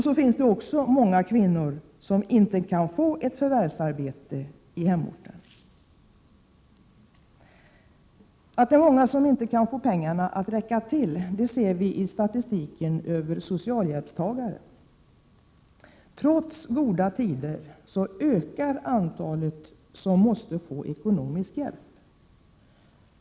Det finns också många kvinnor som inte kan få ett förvärvsarbete på hemorten. Att många inte kan få pengarna att räcka till ser vi i statistiken över socialhjälpstagare. Trots goda tider ökar antalet personer som måste få ekonomisk hjälp.